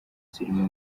zirimo